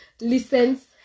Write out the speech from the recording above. listens